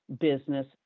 business